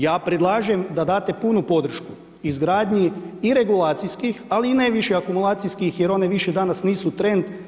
Ja predlažem da date punu podršku izgradnji i regulacijskih ali i najviše akumulacijskih, jer one više danas nisu trend.